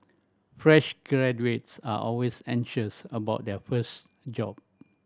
fresh graduates are always anxious about their first job